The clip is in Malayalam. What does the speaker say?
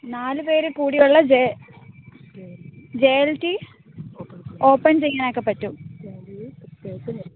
നാലു പേർ കൂടിയുള്ള J J L T open ചെയ്യാനൊക്കെ പറ്റും